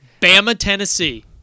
Bama-Tennessee—